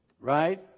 right